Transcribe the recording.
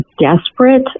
desperate